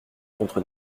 contre